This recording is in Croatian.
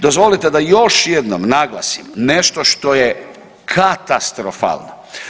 Dozvolite da još jednom naglasim nešto što je katastrofalno.